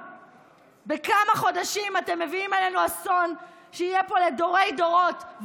בכמה חודשים אתם מביאים עלינו אסון שיהיה פה לדורי-דורות,